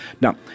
Now